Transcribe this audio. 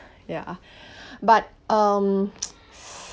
ya but um